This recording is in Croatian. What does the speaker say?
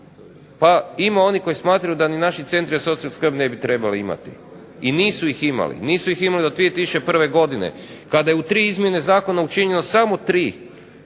pa ima onih koji smatraju da ni naši centri socijalne skrbi ne bi trebali imati i nisu ih imali. Nisu ih imali do 2001. godine kada je u tri izmjene zakona učinjeno samo 3